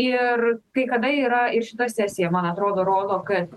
ir kai kada yra ir šita sesija man atrodo rodo kad